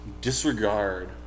disregard